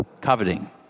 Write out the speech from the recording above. coveting